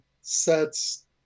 sets